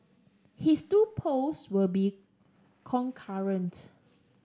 his two posts will be concurrent